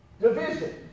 division